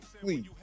please